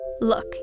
Look